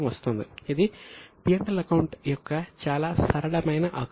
ఇది P L account యొక్క చాలా సరళమైన ఆకృతి